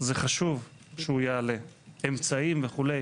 זה חשוב שהוא יעלה, אמצעים וכו'.